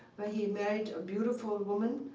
where he married a beautiful woman,